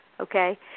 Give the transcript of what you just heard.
Okay